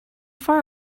far